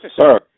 Sir